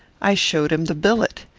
i showed him the billet.